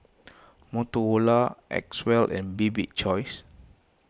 Motorola Acwell and Bibik's Choice